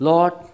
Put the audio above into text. Lord